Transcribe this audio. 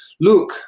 Look